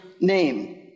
name